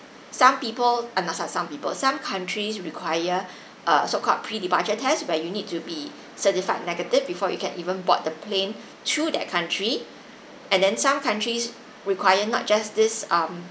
some people ah not some some people some countries require a so called pre-departure test where you need to be certified negative before you can even board the plane to that country and then some countries require not just this um